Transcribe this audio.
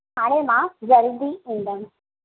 हाणे मां जल्दी ईंदमि